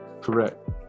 Correct